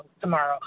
tomorrow